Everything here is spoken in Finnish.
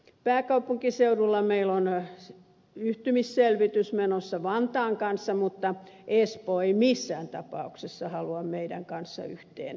pääkaupunkiseudulla meillä on yhtymisselvitys menossa vantaan kanssa mutta espoo ei missään tapauksessa halua meidän kanssamme yhteen toistaiseksi